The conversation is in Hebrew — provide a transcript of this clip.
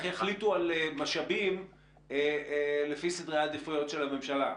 יחליטו על משאבים לפי סדרי העדיפויות של הממשלה.